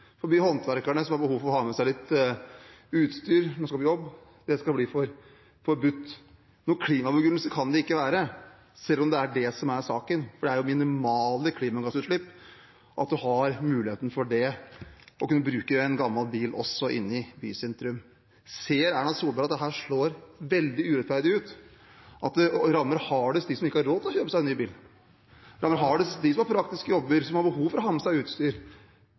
håndverkerne som har behov for å ha med seg litt utstyr når de skal på jobb. Noen klimabegrunnelse kan det ikke være, selv om det er det som er saken, for det er jo minimale klimagassutslipp i å ha muligheten for å kunne bruke en gammel bil også inne i bysentrum. Ser Erna Solberg at dette slår veldig urettferdig ut, at det rammer hardest dem som ikke har råd til å kjøpe seg ny bil? Det rammer hardest dem som har praktiske jobber, og som har behov for å ha med seg utstyr,